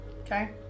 Okay